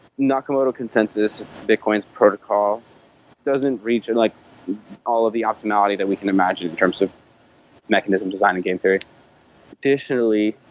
nakamoto consensus, bitcoin's protocol doesn't reach and like all of the optimality that we can imagine, in terms of mechanism design and game theory additionally,